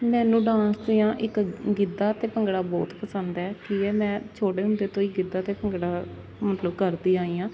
ਮੈਨੂੰ ਡਾਂਸ ਦੀਆਂ ਇੱਕ ਗਿੱਧਾ ਅਤੇ ਭੰਗੜਾ ਬਹੁਤ ਪਸੰਦ ਹੈ ਕੀ ਹੈ ਮੈਂ ਛੋਟੇ ਹੁੰਦੇ ਤੋਂ ਹੀ ਗਿੱਧਾ ਅਤੇ ਭੰਗੜਾ ਮਤਲਬ ਕਰਦੀ ਆਈ ਹਾਂ